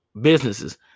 businesses